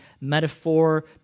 metaphor